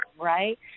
right